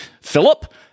Philip